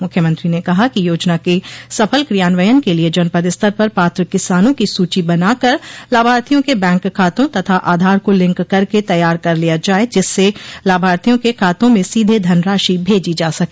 मुख्यमंत्री ने कहा कि योजना के सफल क्रियान्वयन के लिये जनपद स्तर पर पात्र किसानों की सूची बनाकर लाभार्थियों के बैंक खातों तथा आधार को लिंक करके तैयार कर लिया जाये जिससे लाभार्थियों के खातों में सीधे धनराशि भेजी जा सके